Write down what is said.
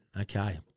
okay